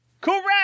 correct